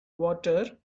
water